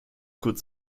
kurz